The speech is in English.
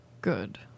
good